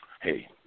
hey